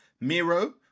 Miro